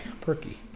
Perky